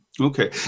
Okay